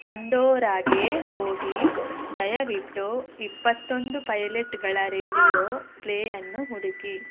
ಪಂಡೋರಾಗೆ ಹೋಗಿ ದಯವಿಟ್ಟು ಇಪ್ಪತ್ತೊಂದು ಪೈಲಟ್ಗಳ ರೇಡಿಯೋ ಪ್ಲೇಯನ್ನು ಹುಡುಕಿ